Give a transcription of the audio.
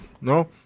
No